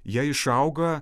jie išauga